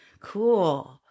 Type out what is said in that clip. cool